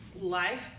life